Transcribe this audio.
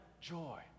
joy